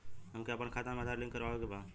हमके अपना खाता में आधार लिंक करावे के बा?